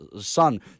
son